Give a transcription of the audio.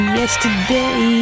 yesterday